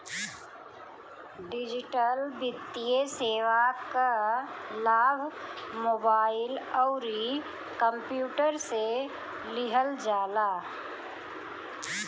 digital वित्तीय सेवा कअ लाभ मोबाइल अउरी कंप्यूटर से लिहल जाला